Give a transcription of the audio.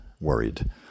worried